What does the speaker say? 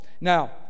now